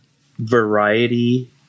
variety